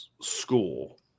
school